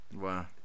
Wow